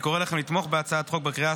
אני קורא לכם לתמוך בהצעת החוק בקריאה